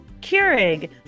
Keurig